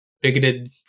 bigoted